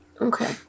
Okay